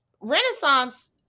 Renaissance